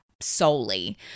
solely